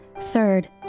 Third